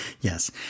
Yes